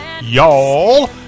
y'all